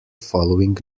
following